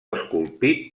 esculpit